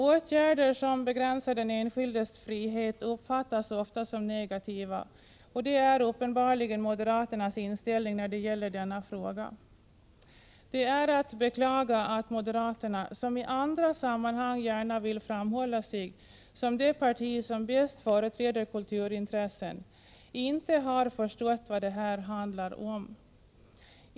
Åtgärder som begränsar den enskildes frihet uppfattas ofta som negativa, och det är uppenbarligen moderaternas inställning när det gäller denna fråga. Det är att beklaga att moderaterna, som i andra sammanhang gärna vill framhålla sig som det parti som bäst företräder kulturintressena, inte har förstått vad det här handlar om.